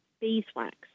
beeswax